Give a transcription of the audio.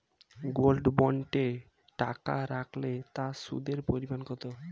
Gold বন্ডে টাকা রাখলে তা সুদের পরিমাণ কত?